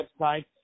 website